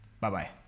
Bye-bye